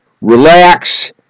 relax